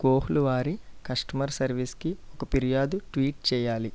Kohl's వారి customer సర్విస్కి ఒక ఫిర్యాదు ట్వీట్ చేయాలి